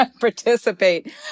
participate